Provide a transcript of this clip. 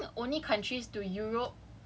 so they said cannot lah like